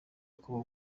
kubaho